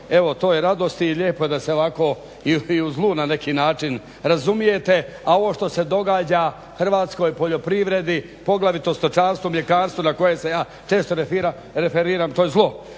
evo toj radosti. Lijepo je da se ovako i u zlu na neki način razumijete. A ovo što se događa hrvatskoj poljoprivredi poglavito stočarstvu i mljekarstvu na koje se ja često referiram to je zlo.